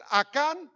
akan